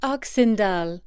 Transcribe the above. Oxendal